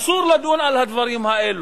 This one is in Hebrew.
אסור לדון על הדברים האלה.